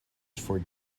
for